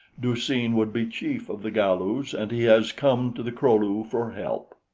du-seen would be chief of the galus, and he has come to the kro-lu for help.